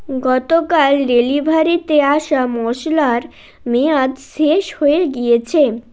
গতকাল ডেলিভারিতে আসা মশলার মেয়াদ শেষ হয়ে গিয়েছে